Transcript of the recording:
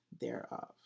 thereof